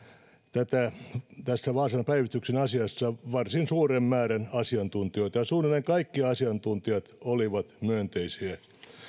tässä vaasan päivystyksen asiassa varsin suuren määrän asiantuntijoita ja suunnilleen kaikki asiantuntijat olivat myönteisiä